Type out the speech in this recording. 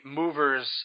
movers